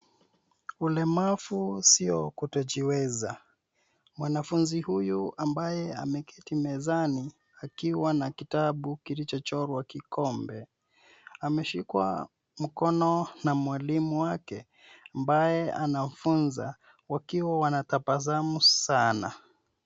Ulemavu sio kutojiweza. Mwanafunzi huyu ambaye ameketi mezani akiwa na kitabu kilichochorwa kikombe ameshikwa mkono na mwalimu wake ambaye anamfunza wakiwa wanatabasamu sana.